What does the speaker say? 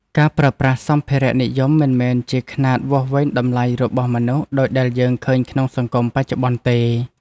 ការប្រើប្រាស់សម្ភារៈនិយមមិនមែនជាខ្នាតវាស់វែងតម្លៃរបស់មនុស្សដូចដែលយើងឃើញក្នុងសង្គមបច្ចុប្បន្នទេ។